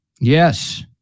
Yes